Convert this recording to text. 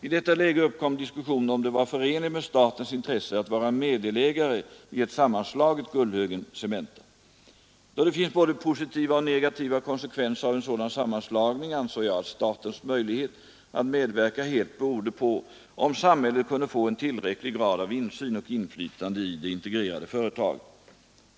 I detta läge uppkom diskussioner om det var förenligt med statens intresse att vara meddelägare i ett sammanslaget Gullhögen/Cementa. Då det finns både positiva och negativa konsekvenser av en sådan sammanslagning ansåg jag att statens möjlighet att medverka helt berodde på om samhället kunde få en tillräcklig grad av insyn och inflytande i det integrerade företaget.